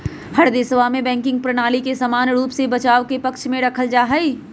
हर देशवा में बैंकिंग प्रणाली के समान रूप से बचाव के पक्ष में रखल जाहई